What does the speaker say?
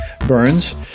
burns